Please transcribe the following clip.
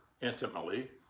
intimately